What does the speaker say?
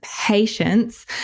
patience